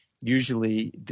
usually